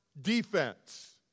defense